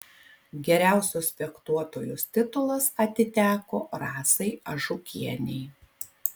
geriausios fechtuotojos titulas atiteko rasai ažukienei